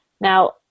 Now